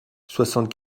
soixante